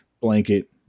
blanket